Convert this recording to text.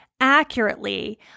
accurately